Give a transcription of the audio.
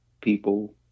people